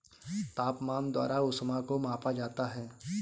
तापमान द्वारा ऊष्मा को मापा जाता है